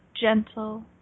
gentle